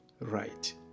right